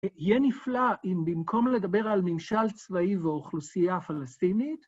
יהיה נפלא אם במקום לדבר על ממשל צבאי ואוכלוסייה פלסטינית...